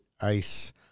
ice